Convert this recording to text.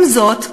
עם זאת,